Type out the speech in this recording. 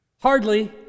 Hardly